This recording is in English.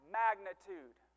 magnitude